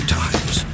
times